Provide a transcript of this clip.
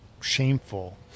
shameful